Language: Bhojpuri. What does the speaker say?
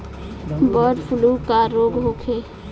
बडॅ फ्लू का रोग होखे?